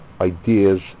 ideas